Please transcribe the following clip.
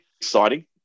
exciting